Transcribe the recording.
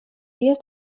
dies